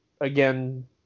again